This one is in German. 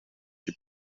die